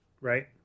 Right